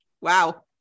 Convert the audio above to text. Wow